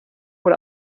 oder